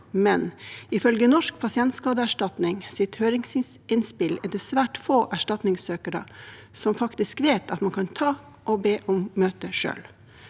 men ifølge Norsk pasientskadeerstatnings høringsinnspill er det svært få erstatningssøkere som faktisk vet at man kan be om et møte selv.